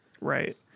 right